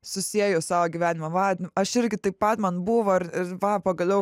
susieju savo gyvenimą va aš irgi taip pat man buvo ir ir va pagaliau